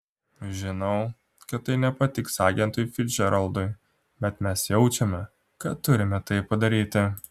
žinau kad tai nepatiks agentui ficdžeraldui bet mes jaučiame kad turime tai padaryti